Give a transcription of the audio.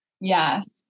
Yes